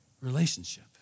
Relationship